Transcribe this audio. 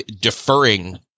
deferring